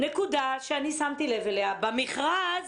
נקודה ששמתי לב אליה: במכרז